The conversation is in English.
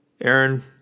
Aaron